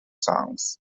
songs